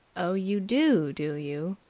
oh, you do, do you?